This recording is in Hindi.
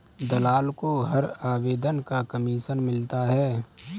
दलाल को हर आवेदन का कमीशन मिलता है